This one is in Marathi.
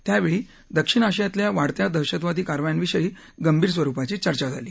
त्यावेळी दक्षिण आशियातल्या वाढत्या दहशतवादी कारवायांविषयी गंभीर स्वरुपाची चर्चा झाली